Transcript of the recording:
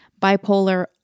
bipolar